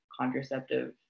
contraceptive